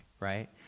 right